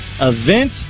event